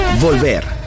Volver